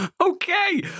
Okay